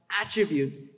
Attributes